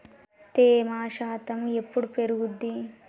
తేమ శాతం ఎప్పుడు పెరుగుద్ది?